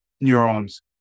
neurons